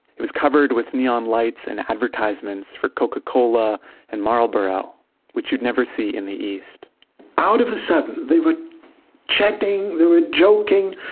it was covered with neon lights and advertisements for coca-cola and marlboro which you'd never see in the east out of a sudden, they were chatting, they were joking.